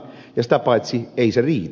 sitä paitsi ei se riitä